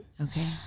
okay